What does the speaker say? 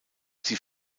sie